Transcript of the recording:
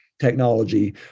technology